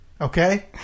Okay